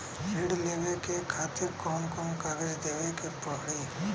ऋण लेवे के खातिर कौन कोन कागज देवे के पढ़ही?